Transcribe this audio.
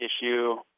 issue